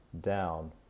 down